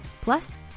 Plus